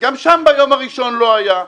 גם שם ביום הראשון לא היה.